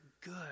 good